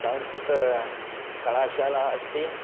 संस्कृतकलाशाला अस्ति